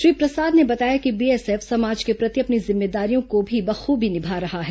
श्री प्रसाद ने बताया कि बीएसएफ समाज के प्रति अपनी जिम्मेदारियों को भी बखूबी निभा रहा है